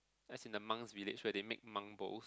as in the monks' village where they make monk bowls